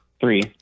Three